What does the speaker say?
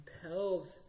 compels